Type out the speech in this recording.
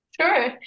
Sure